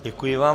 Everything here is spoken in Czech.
Děkuji vám.